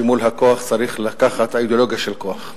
שמול הכוח צריך לקחת אידיאולוגיה של כוח.